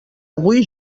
avui